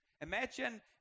Imagine